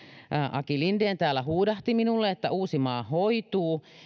aki linden täällä huudahti minulle että uusimaa hoituu